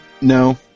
No